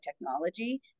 technology